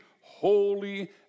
holy